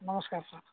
ନମସ୍କାର୍ ସାର୍